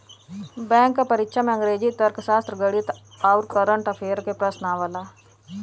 bank क परीक्षा में अंग्रेजी, तर्कशास्त्र, गणित आउर कंरट अफेयर्स के प्रश्न आवला